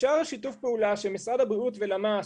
אפשר שיתוף פעולה של משרד הבריאות ולמ"ס,